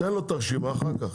תן לו את הרשימה, אחר כך.